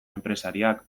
enpresariak